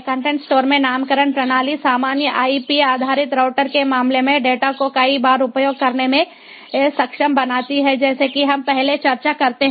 content store में नामकरण प्रणाली सामान्य आईपी आधारित राउटर के मामले में डेटा को कई बार उपयोग करने में सक्षम बनाती है जैसा कि हम पहले चर्चा करते हैं